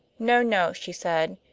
no, no, she said.